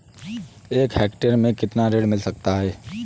एक हेक्टेयर में कितना ऋण मिल सकता है?